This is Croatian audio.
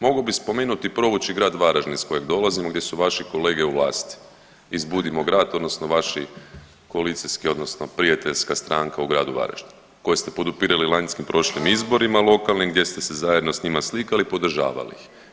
Mogao bih spomenuti provući grad Varaždin iz kojeg dolazim gdje su vaši kolege u vlasti, iz „Budimo grad“ odnosno vaši koalicijski odnosno prijateljska stranka u gradu Varaždinu koje ste podupirali lanjskim, prošlim izborima lokalnim gdje ste se zajedno sa njima slikali, podržavali ih.